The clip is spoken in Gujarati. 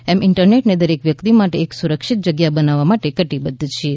અમે ઈન્ટરનેટને દરેક વ્યક્તિ માટે એક સુરક્ષિત જગ્યા બનાવવા માટે કટિબદ્ધ છીએ